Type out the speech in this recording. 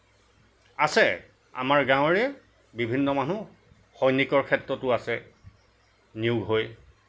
আছে আমাৰ গাঁৱৰে বিভিন্ন মানুহ সৈনিকৰ ক্ষেত্ৰতো আছে নিয়োগ হৈ